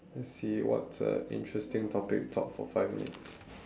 let's see what's a interesting topic to talk for five minutes